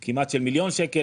של כמעט מיליון שקלים,